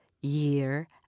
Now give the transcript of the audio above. year